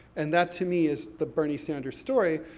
and that, to me, is the bernie sanders story.